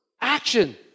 Action